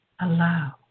Allow